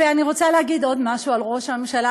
אני רוצה להגיד עוד משהו על ראש הממשלה,